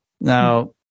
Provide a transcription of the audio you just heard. now